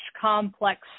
complex